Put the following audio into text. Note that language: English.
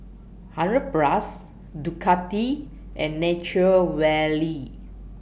hundred Plus Ducati and Nature Valley